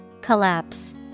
Collapse